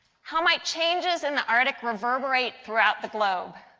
how might changes in the arctic reverberate throughout the globe?